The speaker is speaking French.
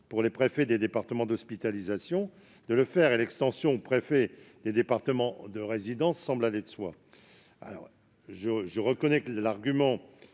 déjà aux préfets des départements d'hospitalisation de le faire. L'extension aux préfets des départements de résidence semble aller de soi. Pour autant, je connais l'argument,